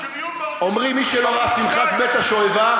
אומרים שמי שלא ראה שמחת בית השואבה,